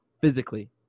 physically